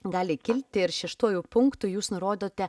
gali kilti ir šeštuoju punktu jūs nurodote